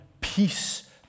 peace